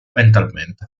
mentalmente